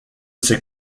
ses